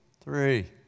three